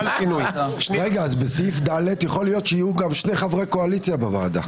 אז בסעיף (ד) יכול להיות שיהיו גם שני חברי קואליציה בוועדה.